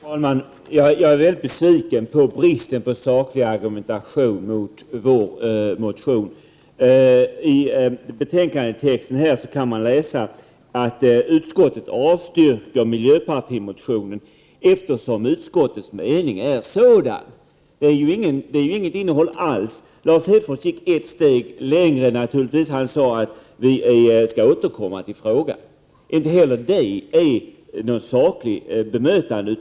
Fru talman! Jag är väldigt besviken över bristen på saklig argumentation beträffande vår motion. I betänkandet står det att utskottet avstyrker miljöpartimotionen, eftersom utskottets mening är sådan. Men det uttalandet har ju inget som helst innehåll. Lars Hedfors gick dock ett steg längre och sade att man skall återkomma till frågan. Men inte heller det uttalandet anser vi vara ett sakligt bemötande.